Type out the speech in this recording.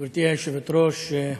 גברתי היושבת-ראש,